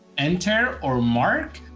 enter or mark,